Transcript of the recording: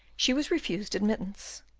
she was refused admittance.